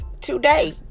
today